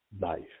life